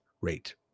rate